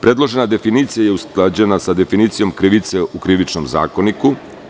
Predložena definicija je usklađena sa definicijom krivice u Krivičnom zakoniku.